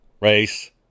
race